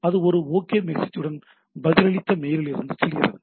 அது ஒரு OK மெசேஜுடன் பதிலளித்த மெயிலிலிருந்து செல்கிறது